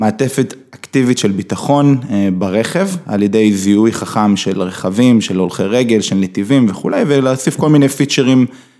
מעטפת אקטיבית של ביטחון ברכב, על ידי זיהוי חכם של רכבים, של הולכי רגל, של נתיבים וכולי ולהציף כל מיני פיצ'רים.